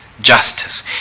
justice